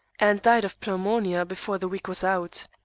and died of pneumonia before the week was out.